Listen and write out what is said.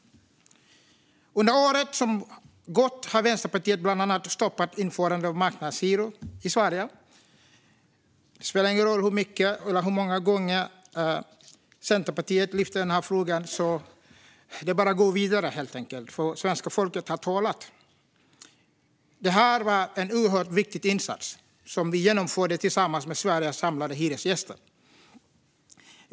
Under året som har gått har Vänsterpartiet bland annat stoppat införandet av marknadshyror i Sverige. Det spelar ingen roll hur många gånger Centerpartiet lyfter upp frågan. Det är bara att gå vidare. Svenska folket har talat. Det här var en oerhört viktig insats som vi genomförde tillsammans med Sveriges samlade hyresgäster.